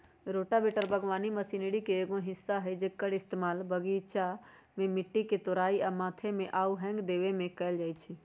rotavator बगवानी machinery के एगो हिस्सा हई जेक्कर इस्तेमाल बगीचा में मिट्टी के तोराई आ मथे में आउ हेंगा देबे में कएल जाई छई